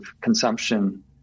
consumption